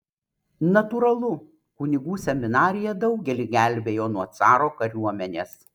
natūralu kunigų seminarija daugelį gelbėjo nuo caro kariuomenės